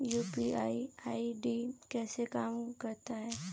UPI ID कैसे काम करता है?